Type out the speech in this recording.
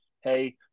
hey